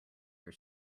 are